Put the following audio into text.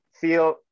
feel